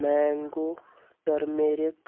mango turmeric